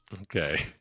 okay